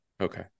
Okay